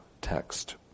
text